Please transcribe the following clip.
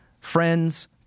friends